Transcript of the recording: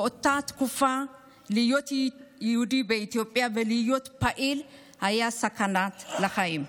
באותה תקופה להיות יהודי באתיופיה ולהיות פעיל היה סכנת חיים.